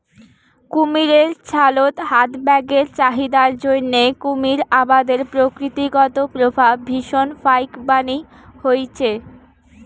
কুমীরের ছালত হাত ব্যাগের চাহিদার জইন্যে কুমীর আবাদের প্রকৃতিগত প্রভাব ভীষণ ফাইকবানী হইচে